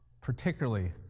particularly